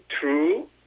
true